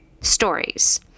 stories